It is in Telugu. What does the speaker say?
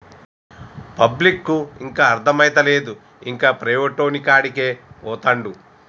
పబ్లిక్కు ఇంకా అర్థమైతలేదు, ఇంకా ప్రైవేటోనికాడికే పోతండు